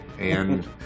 and-